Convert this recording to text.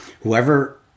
whoever